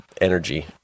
energy